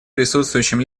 присутствующим